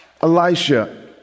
Elisha